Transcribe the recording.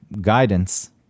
guidance